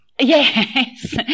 Yes